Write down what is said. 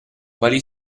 quali